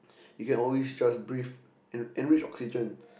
you can always just breathe en~ enriched oxygen